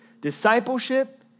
discipleship